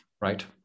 right